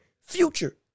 future